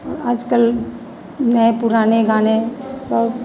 और आज कल नए पुराने गाने सब